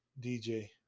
dj